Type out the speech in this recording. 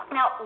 Now